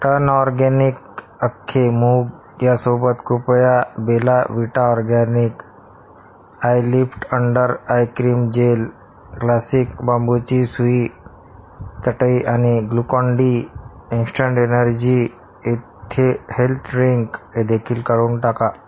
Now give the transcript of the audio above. turn organic अख्खे मूग यासोबत कृपया Bella Vita organic eyelift under eye cream gel classic बांबूची सुई चटई आणि ग्लुकॉन डी इंस्टंट एनर्जी येथे हेल्थ ड्रिंक हे देखील काढून टाका